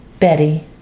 Betty